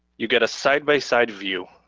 you get a side by side view,